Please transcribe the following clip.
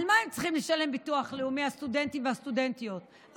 על מה הסטודנטים והסטודנטיות צריכים לשלם ביטוח לאומי?